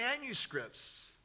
manuscripts